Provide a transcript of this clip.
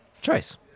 choice